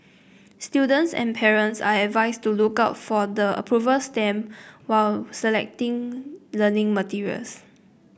students and parents are advised to look out for the approval stamp while selecting learning materials